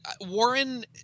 Warren